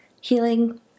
healing